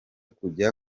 kujya